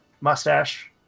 mustache